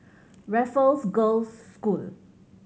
Raffles Girls' School